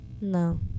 No